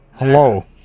Hello